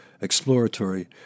exploratory